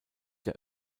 der